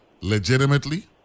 legitimately